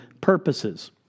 purposes